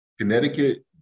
connecticut